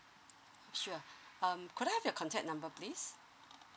sure um could I have your contact number please